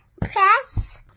press